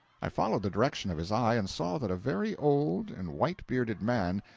i followed the direction of his eye, and saw that a very old and white-bearded man,